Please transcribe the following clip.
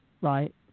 right